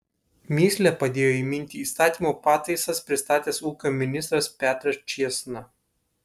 mįslę padėjo įminti įstatymo pataisas pristatęs ūkio ministras petras čėsna